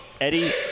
Eddie